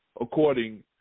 according